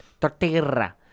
Tortilla